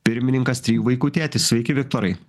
pirmininkas trijų vaikų tėtis sveiki viktorai